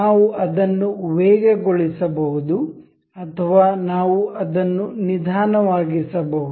ನಾವು ಅದನ್ನು ವೇಗಗೊಳಿಸಬಹುದು ಅಥವಾ ನಾವು ಅದನ್ನು ನಿಧಾನವಾಗಿಸಬಹುದು